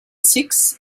six